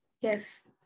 Yes